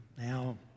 now